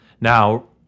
Now